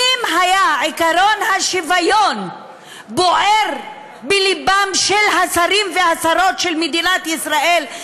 האם עקרון השוויון בוער בלבם של השרים והשרות של מדינת ישראל?